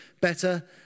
better